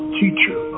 teacher